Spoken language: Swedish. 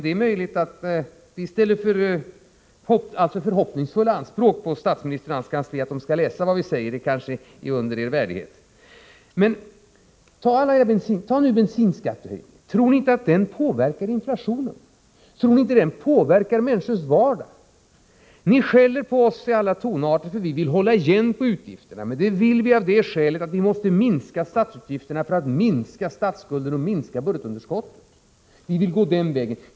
Det är möjligt att det i stället är för hoppfulla anspråk på statsministern och hans kansli att man skall läsa vad vi skrivit. Det är kanske under er värdighet. Ta bara bensinskattehöjningen. Tror ni inte att den påverkar inflationen? Tror ni inte att den påverkar människors vardag? Ni skäller på oss i alla tonarter för att vi vill hålla igen när det gäller utgifterna. Det vill vi av det skälet att vi måste minska statsutgifterna för att på det sättet kunna minska statsskulden och budgetunderskottet. Vi vill gå den vägen.